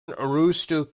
aroostook